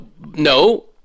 No